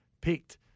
picked